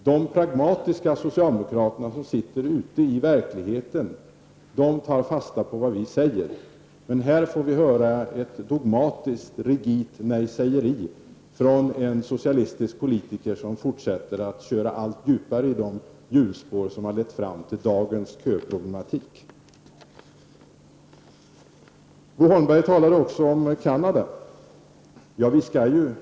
De pragmatiska socialdemokraterna, som sitter ute i verkligheten, tar fasta på vad vi säger. Men här får vi höra en dogmatisk och rigid nejsägande socialistisk politiker, som fortsätter att köra allt djupare i de hjulspår som har lett fram till dagens köproblematik. Bo Holmberg talade också om Canada.